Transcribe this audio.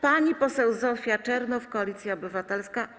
Pani poseł Zofia Czernow, Koalicja Obywatelska.